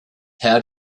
how